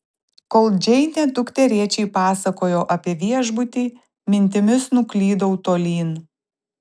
kol džeinė dukterėčiai pasakojo apie viešbutį mintimis nuklydau tolyn